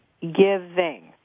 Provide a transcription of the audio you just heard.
Giving